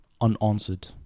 unanswered